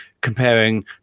comparing